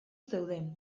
zeuden